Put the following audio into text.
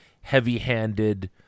heavy-handed